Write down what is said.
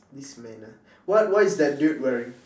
this man ah what what is that dude wearing